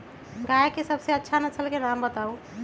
गाय के सबसे अच्छा नसल के नाम बताऊ?